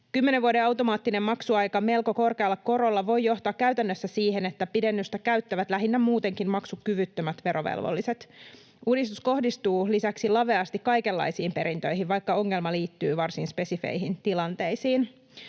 vuoden automaattinen maksuaika melko korkealla korolla voi johtaa käytännössä siihen, että pidennystä käyttävät lähinnä muutenkin maksukyvyttömät verovelvolliset. Uudistus kohdistuu lisäksi laveasti kaikenlaisiin perintöihin, vaikka ongelma liittyy varsin spesifeihin tilanteisiin.